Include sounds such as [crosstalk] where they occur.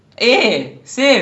like err [laughs]